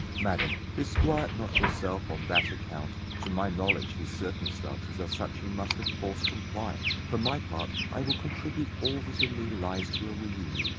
madam, disquiet not yourself on that account to my knowledge his circumstances are such he must of force comply. for my part i will contribute all that in me lies to a reunion.